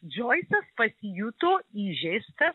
džoisas pasijuto įžeistas